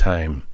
Time